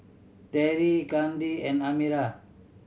Terrie Kandi and Amira